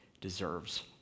deserves